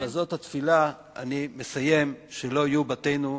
ובזאת התפילה אני מסיים: שלא יהיו בתינו קברינו,